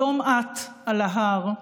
היום את, על ההר,